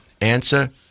Answer